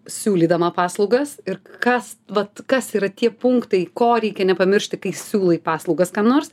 siūlydama paslaugas ir kas vat kas yra tie punktai ko reikia nepamiršti kai siūlai paslaugas kam nors